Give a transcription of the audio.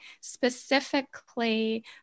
specifically